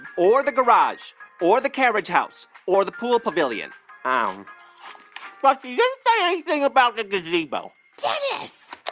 or the garage or the carriage house or the pool pavilion. but just say anything about the gazebo dennis